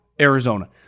Arizona